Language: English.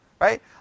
right